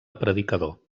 predicador